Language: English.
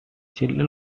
children